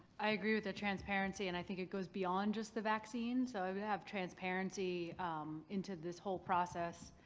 i agree with the transparency and i think it goes beyond just the vaccines. so i would have transparency into this whole process